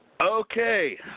Okay